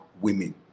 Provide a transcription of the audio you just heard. women